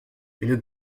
une